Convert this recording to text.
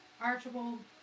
Archibald